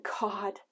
God